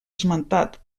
esmentats